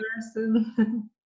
person